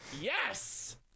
Yes